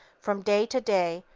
from day to day,